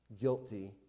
Guilty